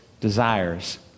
desires